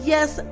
Yes